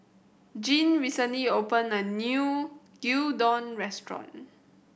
Gene recently opened a new Gyudon Restaurant